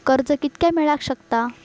कर्ज कितक्या मेलाक शकता?